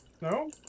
no